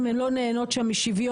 הן לא נהנות שם משוויון,